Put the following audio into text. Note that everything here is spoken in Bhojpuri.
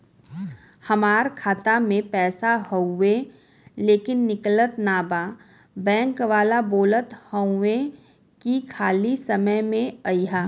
हमार खाता में पैसा हवुवे लेकिन निकलत ना बा बैंक वाला बोलत हऊवे की खाली समय में अईहा